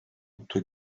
otto